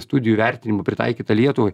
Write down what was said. studijų vertinimų pritaikyta lietuvai